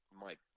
mike